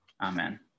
Amen